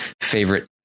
favorite